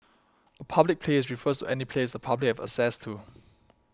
a public place refers to any place the public have access to